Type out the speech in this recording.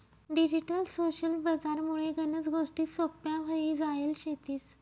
digital social बजार मुळे गनच गोष्टी सोप्प्या व्हई जायल शेतीस